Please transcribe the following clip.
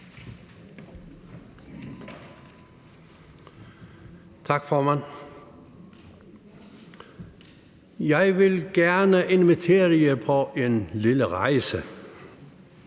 Tak, formand. Jeg vil gerne invitere jer på en lille rejse.